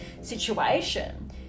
situation